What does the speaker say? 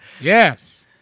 Yes